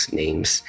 names